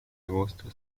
agosto